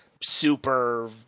super